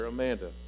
Amanda